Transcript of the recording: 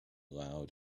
loud